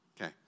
Okay